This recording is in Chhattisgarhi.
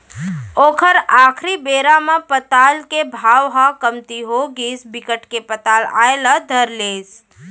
ओखर आखरी बेरा म पताल के भाव ह कमती होगिस बिकट के पताल आए ल धर लिस